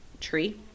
tree